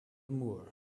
moore